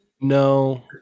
No